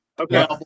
okay